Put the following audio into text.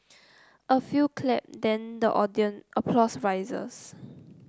a few clap then the applause rises